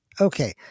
Okay